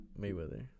Mayweather